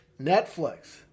Netflix